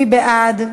מי בעד?